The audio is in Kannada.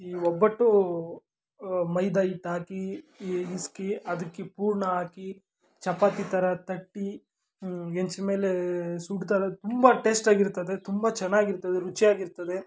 ಈ ಒಬ್ಬಟ್ಟು ಮೈದಾ ಹಿಟ್ಟ್ ಹಾಕಿ ಈ ಮಿಸುಕಿ ಅದಕ್ಕೆ ಪೂರ್ಣ ಹಾಕಿ ಚಪಾತಿ ಥರ ತಟ್ಟಿ ಹೆಂಚ್ ಮೇಲೆ ಸುಡ್ತಾರೆ ತುಂಬ ಟೇಸ್ಟಾಗಿರ್ತದೆ ತುಂಬ ಚೆನ್ನಾಗಿರ್ತದೆ ರುಚಿಯಾಗಿರ್ತದೆ